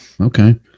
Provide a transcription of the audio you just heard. okay